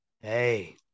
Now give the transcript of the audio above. Hey